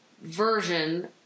version